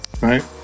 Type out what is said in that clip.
right